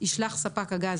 ישלח ספק הגז,